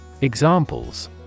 Examples